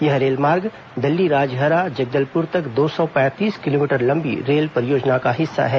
यह रेलमार्ग दल्लीराजहरा जगदलपुर तक दो सौ पैंतीस किलोमीटर लंबी रेल परियोजना का हिस्सा है